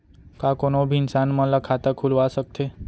का कोनो भी इंसान मन ला खाता खुलवा सकथे?